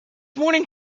morning